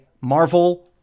Marvel